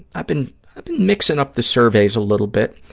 i've been been mixing up the surveys a little bit.